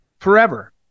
forever